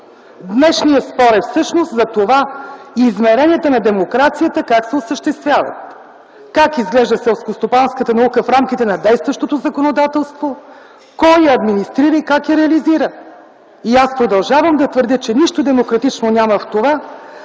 Днешният спор е всъщност за това как се осъществяват измеренията на демокрацията, как изглежда селскостопанската наука в рамките на действащото законодателство, кой я администрира и как я реализира. Аз продължавам да твърдя, че нищо демократично няма в това